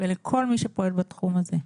ולכל מי שפועל בתחום הזה.